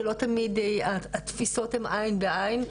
שלא תמיד התפיסות הם עיין בעיין,